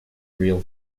real